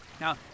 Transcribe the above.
Now